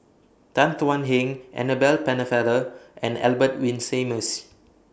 Tan Thuan Heng Annabel Pennefather and Albert Winsemius